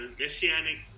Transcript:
messianic